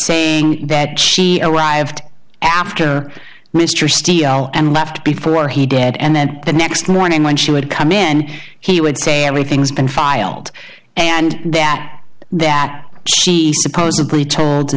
say that she arrived after mr steele and left before he did and then the next morning when she would come in and he would say everything's been filed and that that she supposedly told